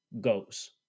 goes